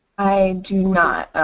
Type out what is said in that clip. i do not.